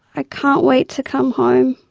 i can't wait to come home.